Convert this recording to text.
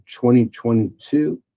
2022